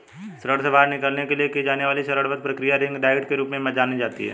ऋण से बाहर निकलने के लिए की जाने वाली चरणबद्ध प्रक्रिया रिंग डाइट के रूप में जानी जाती है